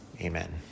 amen